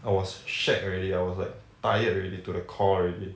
I was shag already I was like tired already to the core already